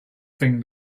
thing